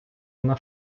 вона